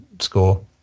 score